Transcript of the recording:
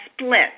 split